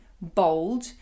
bold